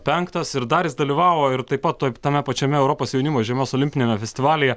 penktas ir dar jis dalyvavo ir taip pat toj tame pačiame europos jaunimo žiemos olimpiniame festivalyje